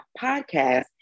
podcast